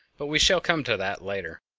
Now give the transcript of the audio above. but we shall come to that later.